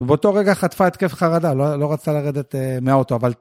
ובאותו רגע חטפה התקף חרדה, לא רצתה לרדת מהאוטו, אבל...